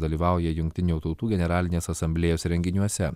dalyvauja jungtinių tautų generalinės asamblėjos renginiuose